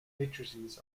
matrices